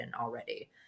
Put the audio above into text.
already